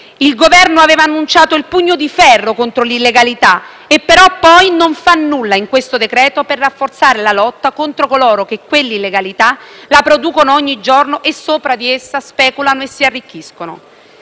Il Governo aveva annunciato il pugno di ferro contro l'illegalità e però, poi, non fa nulla in questo decreto-legge per rafforzare la lotta contro coloro che quella illegalità la producono ogni giorno e sopra di essa speculano e si arricchiscono.